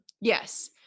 Yes